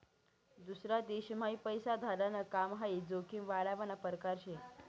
दूसरा देशम्हाई पैसा धाडाण काम हाई जोखीम वाढावना परकार शे